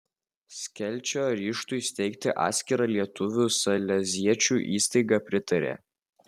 skelčio ryžtui steigti atskirą lietuvių saleziečių įstaigą pritarė